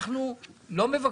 אנחנו לא מבקשים.